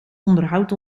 onderhoudt